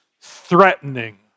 threatening